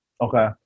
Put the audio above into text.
Okay